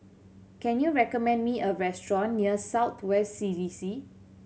can you recommend me a restaurant near South West C D C